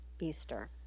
Easter